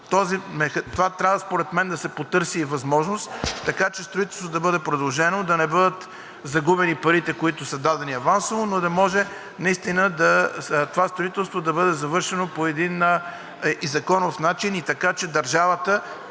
мен трябва да се потърси възможност, така че строителството да бъде продължено, да не бъдат загубени парите, които са дадени авансово, но да може наистина това строителство да бъде завършено и по един законов начин, и така, че държавата